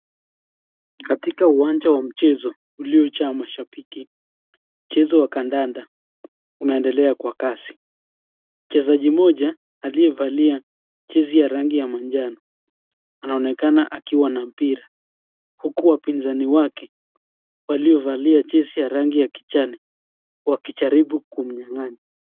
Katika uwanja wa mchezo uliojaa mashambiki, mchezo wa kadada unaendelea kwa kasi. Mchezaji mmoja aliyevalia jezi ya rangi ya manjano anaonekana akiwa na mpira uku wapinzani wake waliovalia jezi ya rangi ya kijani wakijaribu kumnyang'anya.